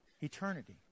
eternity